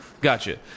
Gotcha